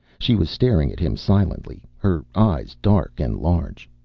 she was staring at him silently, her eyes dark and large.